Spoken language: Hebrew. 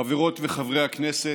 חברות וחברי הכנסת,